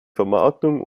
vermarktung